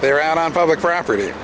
they're out on public property